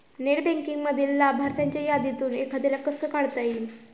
Net बँकिंगमधील लाभार्थ्यांच्या यादीतून एखाद्याला कसे काढता येईल?